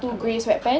apa